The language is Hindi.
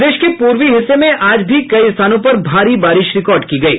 प्रदेश के पूर्वी हिस्से में आज भी कई स्थानों पर भारी बारिश रिकॉर्ड की गयी